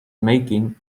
making